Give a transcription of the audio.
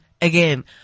again